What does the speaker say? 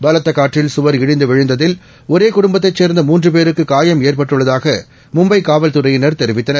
பலத்த காற்றில் கவர் இடிந்து விழுந்ததில் ஒரே குடும்பத்தை சேர்ந்த மூன்று பேருக்கு காயம் ஏற்பட்டுள்ளதாக மும்பை காவல்துறையினர் தெரிவித்தனர்